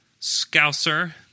Scouser